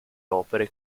opere